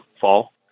fall